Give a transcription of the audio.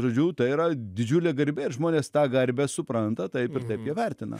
žodžiu tai yra didžiulė garbė ir žmonės tą garbę supranta taip ir taip ją vertina